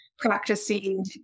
practicing